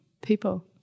people